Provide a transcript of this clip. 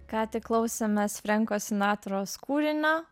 ką tik klausėmės frenko sinatros kūrinio